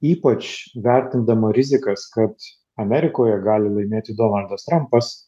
ypač vertindama rizikas kad amerikoje gali laimėti donaldas trampas